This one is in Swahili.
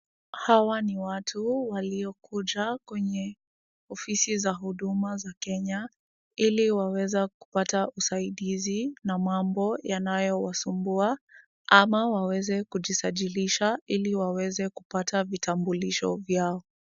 Hawa ni watu waliokuja kwenye ofisi za Huduma za Kenya ili waweze kupata usaidizi na mambo yanayowasumbua, ama waweze kujisajilisha ili waweze kupata vitambulisho vyao.